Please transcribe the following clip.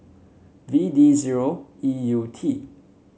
V D zero E U T